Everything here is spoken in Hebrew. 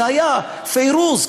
פיירוז,